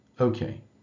Okay